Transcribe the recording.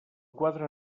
quadre